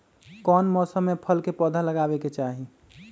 कौन मौसम में फल के पौधा लगाबे के चाहि?